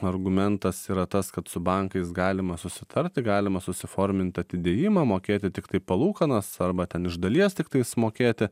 argumentas yra tas kad su bankais galima susitarti galima susiformint atidėjimą mokėti tiktai palūkanas arba ten iš dalies tiktais mokėti